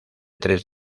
tres